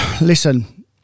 listen